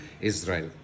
Israel